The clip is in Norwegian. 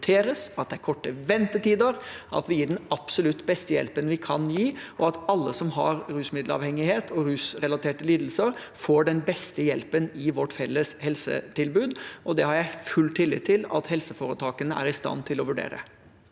at det er korte ventetider, at vi gir den absolutt beste hjelpen vi kan gi, og at alle som har rusmiddelavhengighet og rusrelaterte lidelser, får den beste hjelpen i vårt felles helsetilbud. Og det har jeg full tillit til at helseforetakene er i stand til å vurdere.